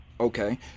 Okay